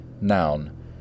noun